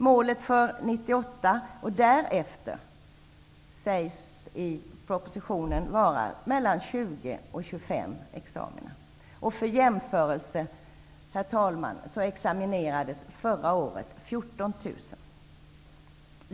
Målet för 1998 och därefter sägs i propositionen vara 20 000--25 000 examina. Herr talman! Som en jämförelse kan jag nämna att 14 000 examinerades förra året.